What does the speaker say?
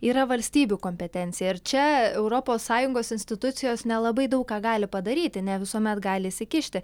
yra valstybių kompetencija ir čia europos sąjungos institucijos nelabai daug ką gali padaryti ne visuomet gali įsikišti